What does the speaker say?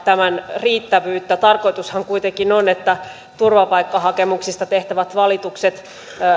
tämän riittävyyttä tarkoitushan kuitenkin on että turvapaikkahakemuksista tehtävät valitukset